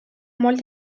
molt